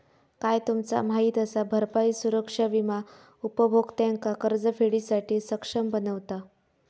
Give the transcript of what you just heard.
काय तुमचा माहित असा? भरपाई सुरक्षा विमा उपभोक्त्यांका कर्जफेडीसाठी सक्षम बनवता